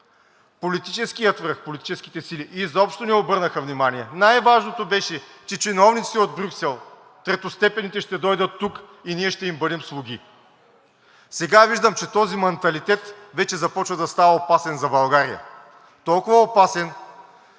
Политическият връх, политическите сили изобщо не обърнаха внимание. Най-важното беше, че чиновниците от Брюксел, третостепенните ще дойдат тук и ние ще им бъдем слуги. Сега виждам, че този манталитет вече започва да става опасен за България, толкова опасен,